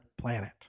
planet